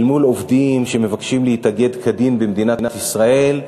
אל מול עובדים שמבקשים להתאגד כדין במדינת ישראל,